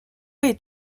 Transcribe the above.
est